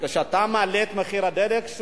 כשאתה מעלה את מחיר הדלק?